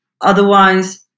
Otherwise